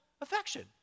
affection